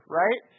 right